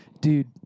dude